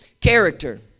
character